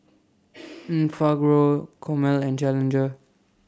Enfagrow Chomel and Challenger